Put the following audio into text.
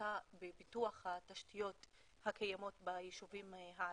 החלטה בפיתוח התשתיות הקיימות ביישובים הערביים,